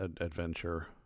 adventure